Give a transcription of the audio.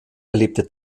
erlebte